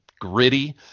gritty